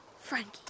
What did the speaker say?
Frankie